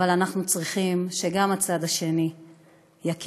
אבל אנחנו צריכים שגם הצד השני יכיר